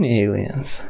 aliens